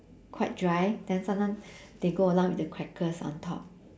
quite dry then sometime they go along with the crackers on top